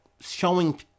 showing